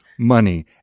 Money